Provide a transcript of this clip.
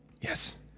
yes